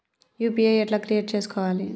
UPI ఎట్లా create చేసుకోవాలి?